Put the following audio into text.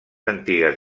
antigues